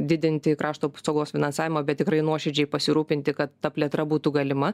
didinti krašto apsaugos finansavimą bet tikrai nuoširdžiai pasirūpinti kad ta plėtra būtų galima